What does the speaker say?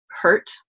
hurt